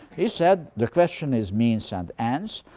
he said, the question is means and ends.